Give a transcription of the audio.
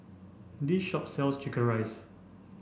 this shop sells chicken rice